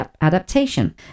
adaptation